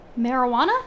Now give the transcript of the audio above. marijuana